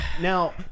Now